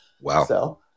Wow